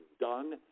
done